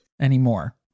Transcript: anymore